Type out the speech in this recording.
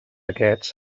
aquests